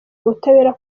ubutabera